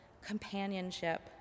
companionship